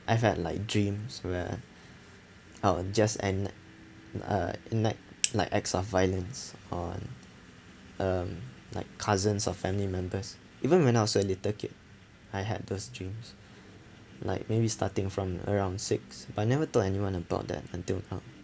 I've had like dreams where I will just end uh enact like acts of violence on um like cousins of family members even when I was a little kid I had those dreams like maybe starting from around six but I never told anyone about that until now